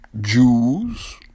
Jews